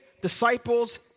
disciples